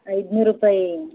ಐದ್ನೂರು ರೂಪಾಯಿ